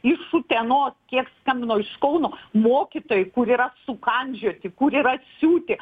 iš utenos kiek skambino iš kauno mokytojų kur yra sukandžioti kur yra siūti